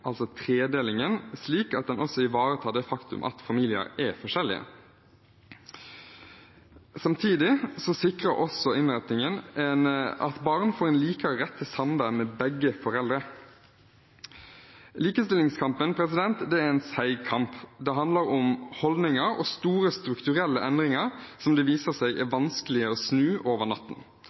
altså tredelingen – at den også ivaretar det faktumet at familier er forskjellige. Innretningen sikrer også at barn får en mer lik rett til samvær med begge foreldre. Likestillingskampen er en seig kamp. Det handler om holdninger og store, strukturelle endringer som det viser seg er vanskelige å snu over natten.